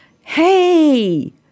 Hey